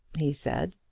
he said.